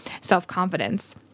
self-confidence